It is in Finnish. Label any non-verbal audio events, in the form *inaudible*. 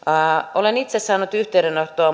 olen itse saanut yhteydenottoja *unintelligible*